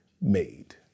made